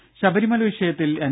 രംഭ ശബരിമല വിഷയത്തിൽ എൻ